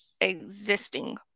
existing